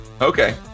Okay